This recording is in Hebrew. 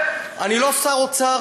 אני לא שר אוצר,